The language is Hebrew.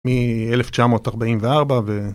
מ-1944 ו..